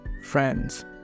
friends